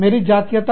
मेरी जातीयता